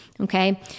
Okay